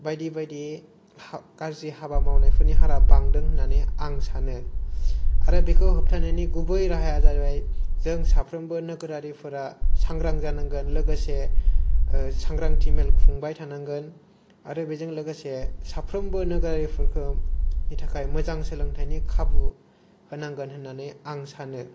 बायदि बायदि हा गाज्रि हाबा मावनायफोरनि हारा बांदों होननानै आं सानो आरो बेखौ होबथानायनि गुबै राहाया जाबाय जों साफ्रोमबो नोगोरारिफोरा सांग्रां जानांगोन लोगोसे सांग्रांथि मेल खुंबाय थानांगोन आरो बेजों लोगोसे साफ्रोमबो नोगोरारिफोरखौ मोजां सोलोंथायनि खाबु होनांगोन होननानै आं सानो